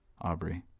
Aubrey